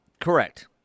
Correct